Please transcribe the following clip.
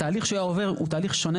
התהליך שהוא היה עובר הוא תהליך שונה